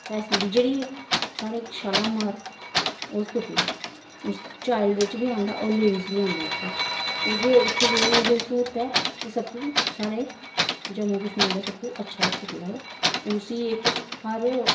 facility जेह्ड़ी साढ़े इक शालामार हॉस्पिटल ऐ उस चाइल्ड बिच बी आंदा होर लेडीज़ बी आंदी उ'त्थें ओह्दे उ'त्थें केह् के एह् स्हूलत ऐ कि सब तू साढ़े जम्मू कश्मीर दा सब तू अच्छा हॉस्पिटल ऐ ओह् उसी इक हर